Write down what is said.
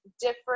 different